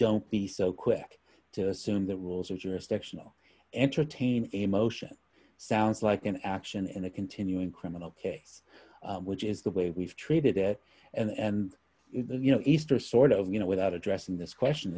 don't be so quick to assume the rules are jurisdictional entertain a motion sounds like an action in a continuing criminal case which is the way we've treated it and you know easter sort of you know without addressing this question